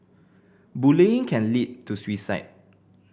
bullying can lead to suicide